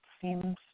seems